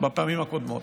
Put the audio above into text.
בפעמים הקודמות,